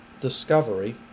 discovery